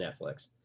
netflix